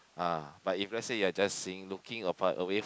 ah but if let's say you are just seeing looking away